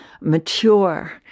mature